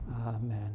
Amen